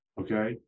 okay